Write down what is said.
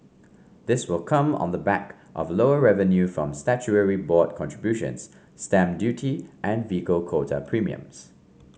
this will come on the back of lower revenue from statutory board contributions stamp duty and vehicle quota premiums